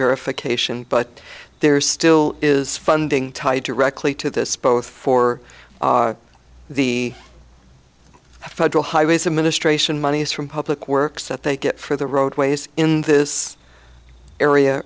verification but there still is funding tied directly to this both for the federal highways administration monies from public works that they get for the roadways in this area